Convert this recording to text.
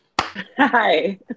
Hi